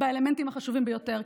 באלמנטים החשובים ביותר.